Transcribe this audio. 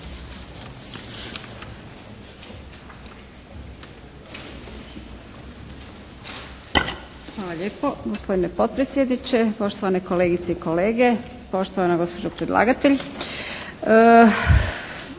Hvala lijepo gospodine potpredsjedniče, poštovane kolegice i kolege, poštovana gospođo predlagatelj!